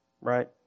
right